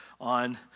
on